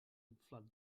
inflat